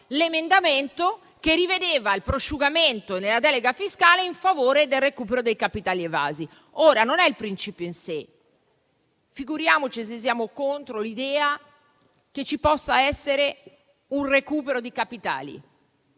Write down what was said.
fiscale che rivedeva il prosciugamento in favore del recupero dei capitali evasi. Ora, non è il principio in sé: figuriamoci se siamo contro l'idea che ci possa essere un recupero di capitali